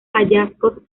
hallazgos